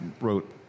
wrote